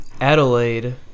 Adelaide